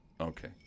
Okay